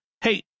Hey